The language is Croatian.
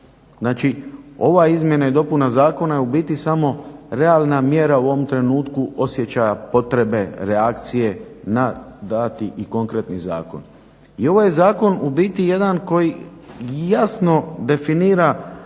Znači, ova izmjena i dopuna zakona je u biti samo realna mjera u ovom trenutku osjećaja potrebe, reakcije na dati i konkretni zakon. I ovo je zakon u biti jedan koji jasno definira